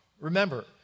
remember